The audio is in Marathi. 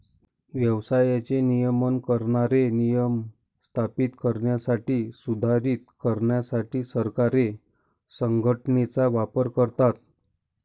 व्यवसायाचे नियमन करणारे नियम स्थापित करण्यासाठी, सुधारित करण्यासाठी सरकारे संघटनेचा वापर करतात